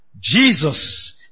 Jesus